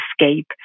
escape